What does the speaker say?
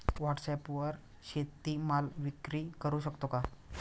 व्हॉटसॲपवर शेती माल विक्री करु शकतो का?